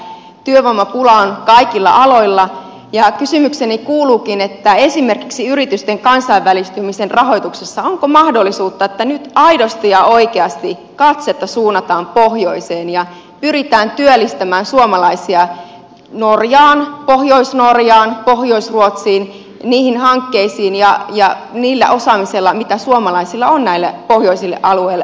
työvoimapulaa on kaikilla aloilla ja kysymykseni kuuluukin onko esimerkiksi yritysten kansainvälistymisen rahoituksessa mahdollisuutta että nyt aidosti ja oikeasti katsetta suunnataan pohjoiseen ja pyritään työllistämään suomalaisia norjaan pohjois norjaan pohjois ruotsiin niihin hankkeisiin ja sillä osaamisella mitä suomalaisilla on näille pohjoisille alueille annettavana